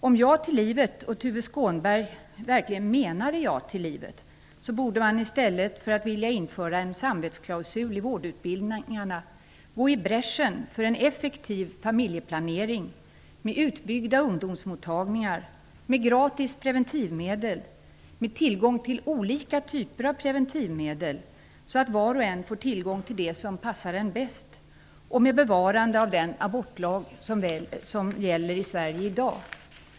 Om Ja till livet och Tuve Skånberg verkligen menade ja till livet borde man i stället för att vilja införa en samvetsklausul i vårdutbildningarna gå i bräschen för en effektiv familjeplanering med utbyggda ungdomsmottagningar, med gratis preventivmedel, med tillgång till olika typer av preventivmedel så att var och en får tillgång till det som passar en bäst och med bevarande av den abortlag som gäller i Sverige i dag.